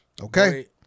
Okay